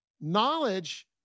knowledge